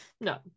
No